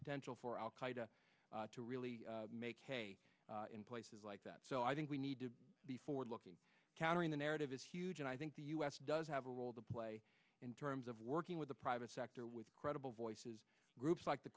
potential for al qaeda to really make in places like that so i think we need to be forward looking countering the narrative is huge and i think the u s does have a role to play in terms of working with the private sector with credible voices groups like the